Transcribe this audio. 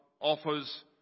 offers